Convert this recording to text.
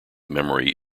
memory